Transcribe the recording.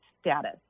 status